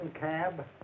cab